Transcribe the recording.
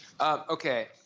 Okay